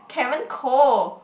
Karen Koh